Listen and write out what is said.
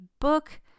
book